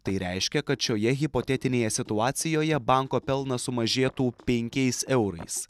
tai reiškia kad šioje hipotetinėje situacijoje banko pelnas sumažėtų penkiais eurais